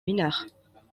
mineures